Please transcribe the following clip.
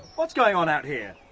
what's going on out here?